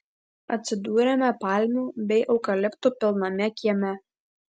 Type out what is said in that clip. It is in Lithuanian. atsidūrėme palmių bei eukaliptų pilname kieme